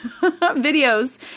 videos